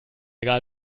egal